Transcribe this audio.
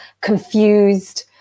confused